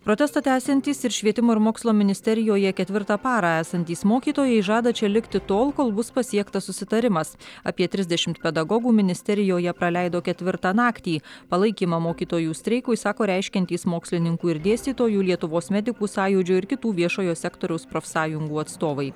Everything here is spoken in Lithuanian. protestą tęsiantys ir švietimo ir mokslo ministerijoje ketvirtą parą esantys mokytojai žada čia likti tol kol bus pasiektas susitarimas apie trisdešimt pedagogų ministerijoje praleido ketvirtą naktį palaikymą mokytojų streikui sako reiškiantys mokslininkų ir dėstytojų lietuvos medikų sąjūdžio ir kitų viešojo sektoriaus profsąjungų atstovai